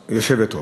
יושבת-ראש.